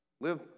live